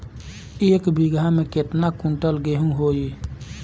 एक बीगहा में केतना कुंटल गेहूं होई?